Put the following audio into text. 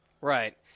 Right